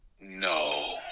No